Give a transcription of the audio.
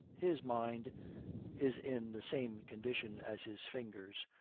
his mind is in the same condition as his fingers,